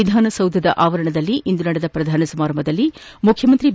ವಿಧಾನಸೌಧದ ಆವರಣದಲ್ಲಿ ಇಂದು ನಡೆದ ಪ್ರಧಾನ ಸಮಾರಂಭದಲ್ಲಿ ಮುಖ್ಯಮಂತ್ರಿ ಬಿ